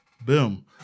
Boom